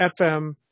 FM